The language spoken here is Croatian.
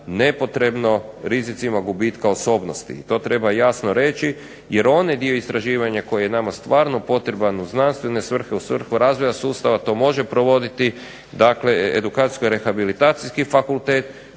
nepotrebno rizicima gubitka osobnosti. To treba jasno reći jer onaj dio istraživanja koji je nama stvarno potreban u znanstvene svrhe, u svrhu razvoja sustava to može provoditi dakle Edukacijsko-rehabilitacijski fakultet,